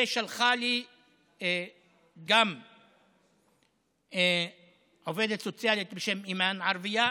ושלחה לי גם עובדת סוציאלית בשם אימאן, ערבייה,